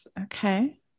Okay